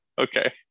okay